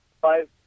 five